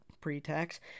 pre-tax